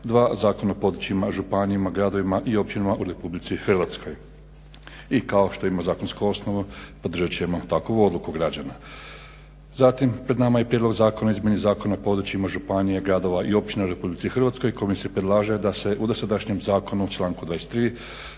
2. Zakona o područjima županija, gradova i općina u Republici Hrvatskoj. I kao što ima zakonska osnova podržat ćemo takovu odluku građana. Zatim, pred nama je i Prijedlog zakona o izmjeni Zakona o područjima županija, gradova i općina u Republici Hrvatskoj kojima se predlaže da se u dosadašnjem zakonu u članku 23.